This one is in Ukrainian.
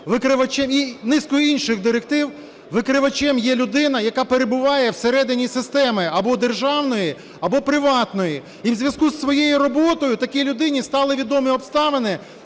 викривачем є людина, яка перебуває всередині системи або державної, або приватної, і у зв'язку із своєю роботою такій людині стали відомі обставини,